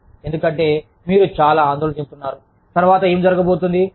ఎందుకంటే మీరు చాలా ఆందోళన చెందుతున్నారు తరువాత ఏమి జరగబోతోంది